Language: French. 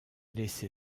laissé